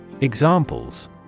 Examples